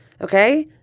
okay